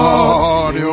Lord